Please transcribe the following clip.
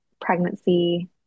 pregnancy